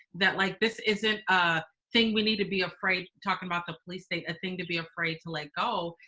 that like this isn't a thing we need to be afraid of, talking about the police state. a thing to be afraid to let go.